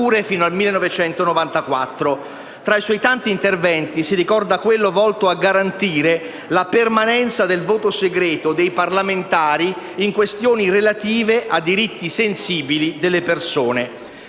fino al 1994. Tra i suoi tanti interventi si ricorda quello volto a garantire la permanenza del voto segreto dei parlamentari su questioni relative a diritti sensibili delle persone.